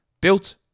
built